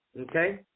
Okay